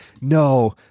no